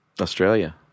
Australia